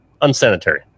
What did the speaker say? unsanitary